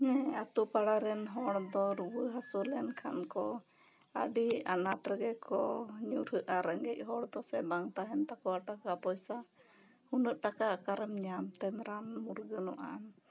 ᱢᱤᱫ ᱟᱛᱳ ᱯᱟᱲᱟ ᱨᱮᱱ ᱦᱚᱲ ᱫᱚ ᱨᱩᱣᱟᱹ ᱦᱟᱹᱥᱩ ᱞᱮᱱ ᱠᱷᱟᱱ ᱠᱚ ᱟᱹᱰᱤ ᱟᱱᱟᱴ ᱨᱮᱜᱮ ᱠᱚ ᱧᱩᱨᱩᱜᱼᱟ ᱨᱮᱸᱜᱮᱡ ᱦᱚᱲ ᱫᱚ ᱥᱮ ᱵᱟᱝ ᱛᱟᱦᱮᱱ ᱛᱟᱠᱚᱣᱟ ᱴᱟᱠᱟ ᱯᱚᱭᱥᱟ ᱩᱱᱟᱹᱜ ᱴᱟᱠᱟ ᱚᱠᱟᱨᱮᱢ ᱧᱟᱢ ᱛᱮᱢ ᱨᱟᱱ ᱢᱩᱨᱜᱟᱱᱚᱜ ᱟᱢ